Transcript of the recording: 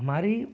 हमारी